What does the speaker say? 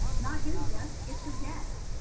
not his desk, it's a desk.